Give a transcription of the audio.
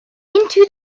into